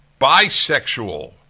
bisexual